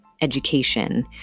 education